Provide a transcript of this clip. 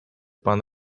pan